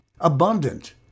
abundant